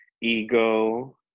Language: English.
ego